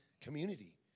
community